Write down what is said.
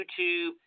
YouTube